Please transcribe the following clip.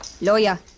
lawyer